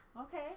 okay